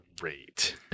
great